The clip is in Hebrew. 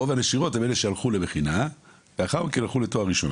רוב הנשירות הם אלה שהלכו למכינה ולאחר מכן הלכו לתואר ראשון.